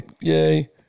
Yay